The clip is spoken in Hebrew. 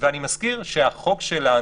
אני מזכיר שהצעת